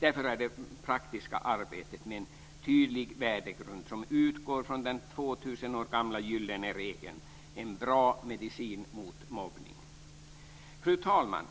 Därför är det praktiska arbetet med en tydlig värdegrund som utgår från den 2 000 år gamla gyllene regeln en bra medicin mot mobbning. Fru talman!